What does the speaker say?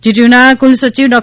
જીટીયુના કુલસચિવ ડૉ